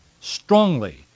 strongly